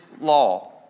law